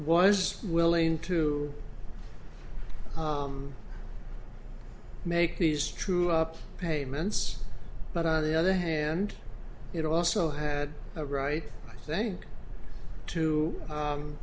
was willing to make these true up payments but on the other hand it also had a right i think to